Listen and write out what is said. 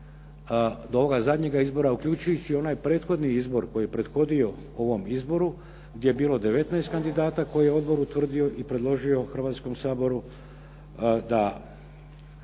do ovoga zadnjega izbora, uključujući onaj prethodni izbor koji je prethodio ovom izboru gdje je bilo 19 kandidata koje je odbor utvrdio i predložio Hrvatskom saboru da